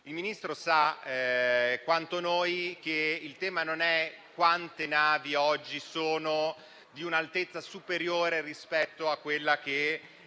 Il Ministro sa quanto noi che il tema non è quante navi oggi hanno un'altezza superiore a quella oggi